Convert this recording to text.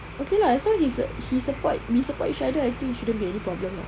okay lah as long he he support we support each other I think shouldn't be any problem lah